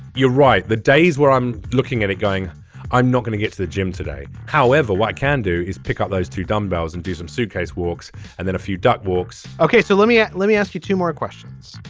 you're right. the days where i'm looking at it going i'm not going to get to the gym today. however what i can do is pick up those two dumbbells and do some suitcase walks and then a few duck walks. ok so let me let me ask you two more questions.